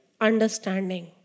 understanding